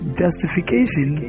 justification